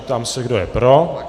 Ptám se, kdo je pro.